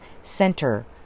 center